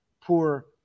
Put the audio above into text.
poor